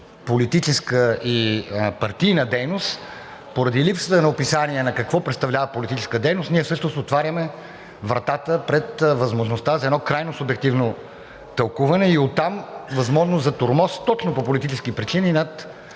политическа и партийна дейност, поради липсата на описание какво представлява политическа дейност, ние всъщност отваряме вратата пред възможността за едно крайно субективно тълкуване. Оттам възможност за тормоз точно по политически причини над